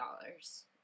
dollars